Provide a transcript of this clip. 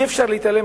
אי-אפשר להתעלם,